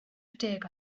deg